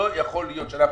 לא יכול להיות שאנחנו